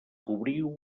cobriu